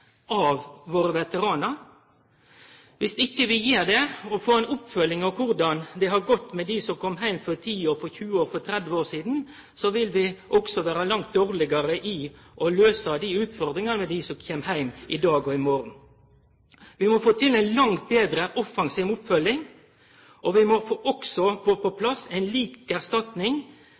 av våre veteranar. Dersom vi ikkje får ei oppfølging av dei og ser korleis det har gått med dei som kom heim for 10–20–30 år sidan, vil vi også vere langt dårlegare til å løyse utfordringane knytte til dei som kjem heim i dag og i morgon. Vi må få til ei langt betre offensiv oppfølging. Vi må òg få på plass lik erstatning for lik skade, og det må vere mogleg å få denne erstatninga utan at ein